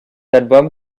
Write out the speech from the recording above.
album